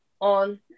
on